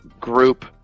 group